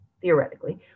theoretically